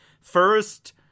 First